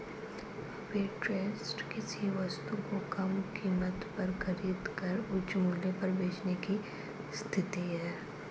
arbitrage किसी वस्तु को कम कीमत पर खरीद कर उच्च मूल्य पर बेचने की स्थिति है